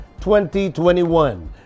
2021